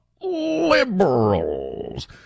liberals